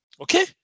Okay